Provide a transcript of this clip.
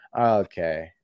okay